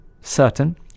certain